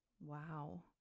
Wow